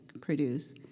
produce